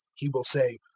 he will say,